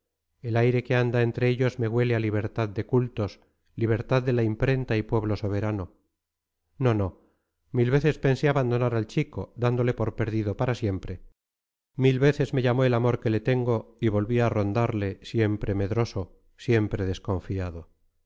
el aire que anda entre ellos me huele a libertad de cultos libertad de la imprenta y pueblo soberano no no mil veces pensé abandonar al chico dándole por perdido para siempre mil veces me llamó el amor que le tengo y volví a rondarle siempre medroso siempre desconfiado